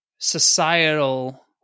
societal